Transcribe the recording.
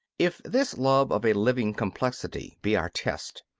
if this love of a living complexity be our test,